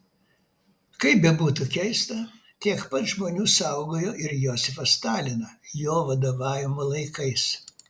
kaip bebūtų keista tiek pat žmonių saugojo ir josifą staliną jo vadovavimo laikais